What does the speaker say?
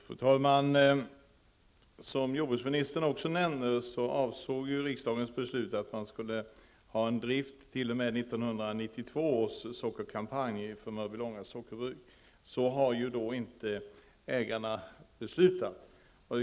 Fru talman! Som jordbruksministern nämnde är avsikten med riksdagens beslut att Mörbylånga sockerbruk skall drivas t.o.m. 1992 års sockerkampanj. Men så har inte ägarna beslutat.